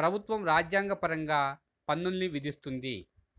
ప్రభుత్వం రాజ్యాంగపరంగా పన్నుల్ని విధిస్తుంది